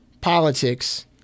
politics